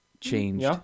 changed